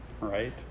right